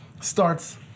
starts